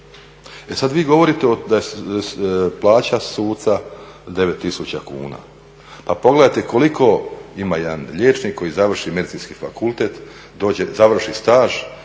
E sad vi govorite da je plaća suca 9000 kuna. Pa pogledajte koliko ima jedan liječnik koji završi Medicinski fakultet, završi staž,